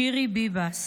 שירי ביבס,